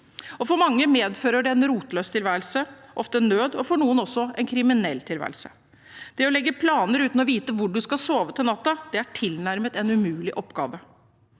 For mange medfører det en rotløs tilværelse, ofte nød, og for noen også en kriminell tilværelse. Det å legge planer uten å vite hvor man skal sove om natten, er en tilnærmet umulig oppgave.